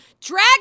drag